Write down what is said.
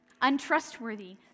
untrustworthy